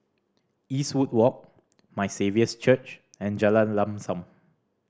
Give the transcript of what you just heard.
Eastwood Walk My Saviour's Church and Jalan Lam Sam